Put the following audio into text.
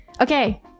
Okay